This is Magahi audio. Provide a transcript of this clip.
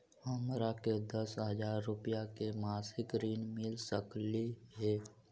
हमरा के दस हजार रुपया के मासिक ऋण मिल सकली हे?